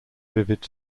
vivid